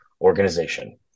organization